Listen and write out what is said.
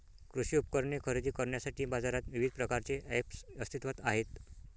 कृषी उपकरणे खरेदी करण्यासाठी बाजारात विविध प्रकारचे ऐप्स अस्तित्त्वात आहेत